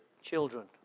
Children